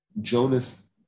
Jonas